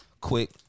quick